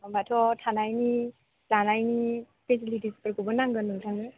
होनबाथ' थानायनि जानायनि फेसिलितिसफोरखौबो नांगोन नोंथांनो